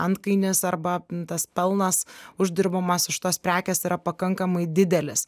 antkainis arba tas pelnas uždirbamas iš tos prekės yra pakankamai didelis